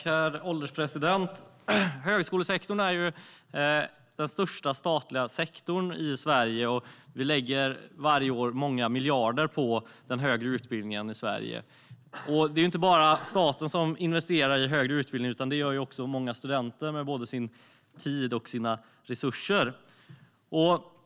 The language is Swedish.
Herr ålderspresident! Högskolesektorn är den största statliga sektorn i Sverige, och varje år lägger staten många miljarder på högre utbildning. Det är inte bara staten som investerar i högre utbildning, utan det gör också många studenter med både sin tid och sina resurser.